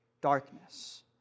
darkness